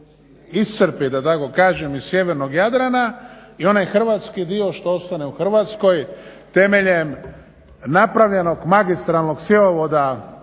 iscrpi da tako kažem iz sjevernog Jadrana i onaj hrvatski dio što ostane u Hrvatskoj temeljem napravljenog magistralnog cjevovoda